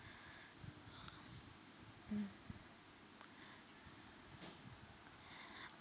mm